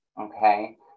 okay